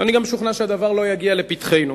ואני גם משוכנע שהדבר לא יגיע לפתחנו.